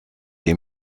ihm